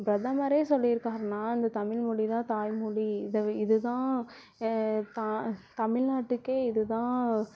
பிரதமரே சொல்லியிருக்காருனா இந்த தமிழ்மொழிதான் தாய்மொழி இதை இதுதான் தான் தமிழ்நாட்டுக்கே இதுதான்